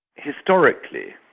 historically,